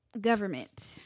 Government